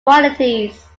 qualities